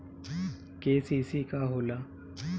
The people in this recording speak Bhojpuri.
के.सी.सी का होला?